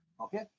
Okay